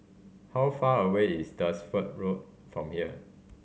how far away is Dunsfold Road from here